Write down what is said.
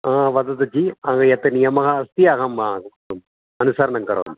हा वदतु जि यत् नियमः अस्ति अहम् अनुसरणं करोमि